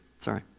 Sorry